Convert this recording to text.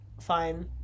fine